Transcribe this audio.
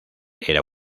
era